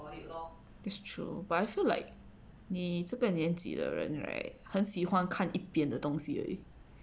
that's true but I feel like 你这个年纪的人 right 很喜欢看变得东西而已